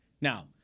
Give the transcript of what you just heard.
Now